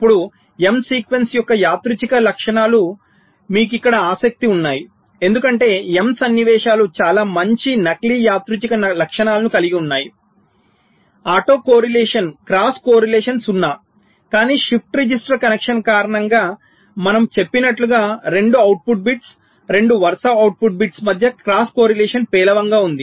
ఇప్పుడు m sequence యొక్క యాదృచ్ఛిక లక్షణాలు మీకు ఇక్కడ ఆసక్తి ఉన్నవి ఎందుకంటే m సన్నివేశాలు చాలా మంచి నకిలీ యాదృచ్ఛిక లక్షణాలను కలిగి ఉన్నాయి ఆటో సహసంబంధం క్రాస్ కోరిలేషన్ 0 కానీ షిఫ్ట్ రిజిస్టర్ కనెక్షన్ కారణంగా మనము చెప్పినట్లుగా 2 అవుట్పుట్ బిట్స్ 2 వరుస అవుట్పుట్ బిట్స్ మధ్య క్రాస్ కోరిలేషన్ పేలవంగా ఉంది